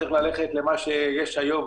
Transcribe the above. צריך ללכת למה שיש היום,